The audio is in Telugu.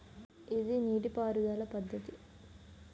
ఇది నీటిపారుదల పద్ధతి